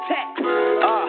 Tech